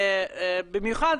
במיוחד,